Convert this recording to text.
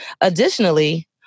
Additionally